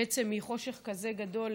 בעצם מחושך כזה גדול,